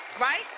right